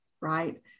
right